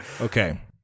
okay